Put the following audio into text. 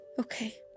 Okay